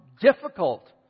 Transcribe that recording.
difficult